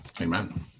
Amen